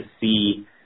see